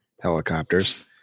helicopters